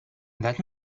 that